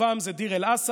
ופעם זה דיר אל-אסד,